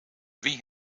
wie